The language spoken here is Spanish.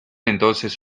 entonces